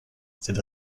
cette